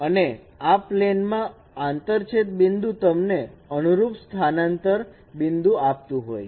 અને આ પ્લેન માં આંતરછેદ બિંદુ તમને અનુરૂપ સ્થાનાંતર બિંદુ આપતું હોય